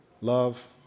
love